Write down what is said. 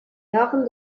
jahren